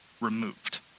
removed